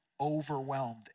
overwhelmed